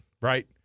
right